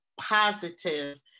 positive